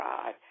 God